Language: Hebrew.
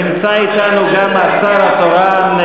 נמצא אתנו גם השר התורן,